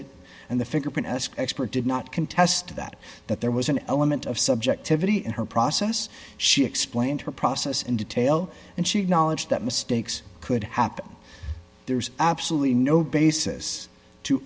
licit and the fingerprint expert did not contest that that there was an element of subjectivity in her process she explained her process in detail and she acknowledged that mistakes could happen there's absolutely no basis to